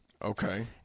Okay